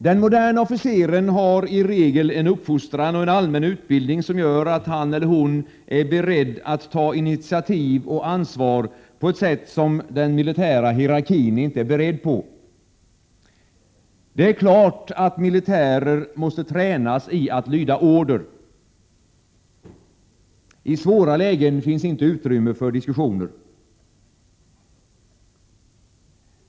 Den moderne officeren har i regel en uppfostran och en allmän utbildning som gör att han/hon är beredd att ta initiativ och ansvar på ett sätt som den militära hierarkin inte är beredd på. Det är klart att militärer måste tränas i att lyda order, I svåra lägen finns inte utrymme för diskussioner.